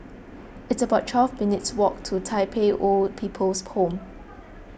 it's about twelve minutes' walk to Tai Pei Old People's Home